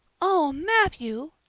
oh, matthew!